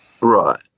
Right